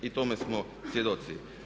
I tome smo svjedoci.